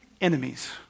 enemies